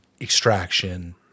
extraction